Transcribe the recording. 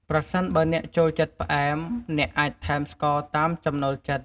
ប្រសិនបើអ្នកចូលចិត្តផ្អែម អ្នកអាចថែមស្ករតាមចំណូលចិត្ត។